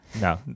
No